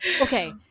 Okay